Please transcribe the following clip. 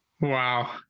Wow